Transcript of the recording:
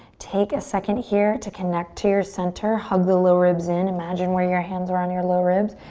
take a second here to connect to your center. hug the low ribs in. imagine where your hands were on your low ribs.